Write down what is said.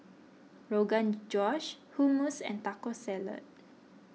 Rogan Josh Hummus and Taco Salad